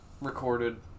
recorded